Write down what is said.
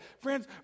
Friends